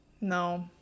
No